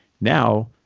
Now